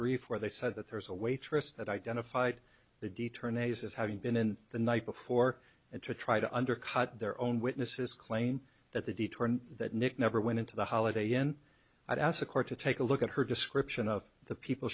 brief where they said that there's a waitress that identified the deter ney's as having been in the night before and to try to undercut their own witnesses claim that they determined that nick never went into the holiday inn i asked the court to take a look at her description of the people